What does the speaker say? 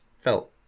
felt